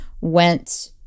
went